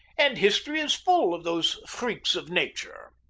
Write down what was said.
and history is full of those freaks of nature.